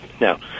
Now